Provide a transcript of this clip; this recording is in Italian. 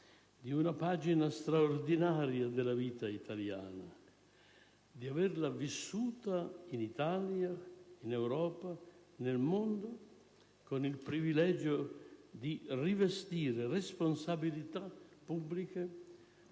di una pagina straordinaria della vita italiana e di averla vissuta in Italia, in Europa, nel mondo con il privilegio di rivestire responsabilità pubbliche,